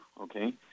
okay